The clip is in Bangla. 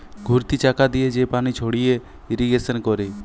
ঘুরতি চাকা দিয়ে যে পানি ছড়িয়ে ইরিগেশন করে